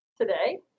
Today